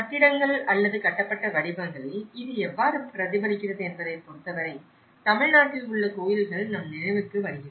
கட்டிடங்கள் அல்லது கட்டப்பட்ட வடிவங்களில் இது எவ்வாறு பிரதிபலிக்கிறது என்பதைப் பொறுத்தவரை தமிழ்நாட்டில் உள்ள கோயில்கள் நம் நினைவுக்கு வருகிறது